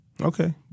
Okay